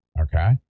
okay